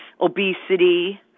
obesity